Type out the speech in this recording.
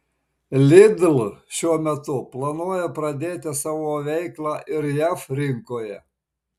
lidl šiuo metu planuoja pradėti savo veiklą ir jav rinkoje